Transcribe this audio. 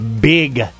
big